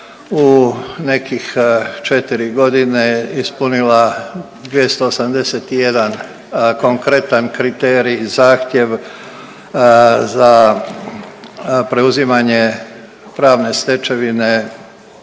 u nekih 4.g. ispunila 281 konkretan kriterij i zahtjev za preuzimanje pravne stečevine